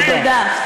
תודה.